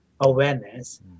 Awareness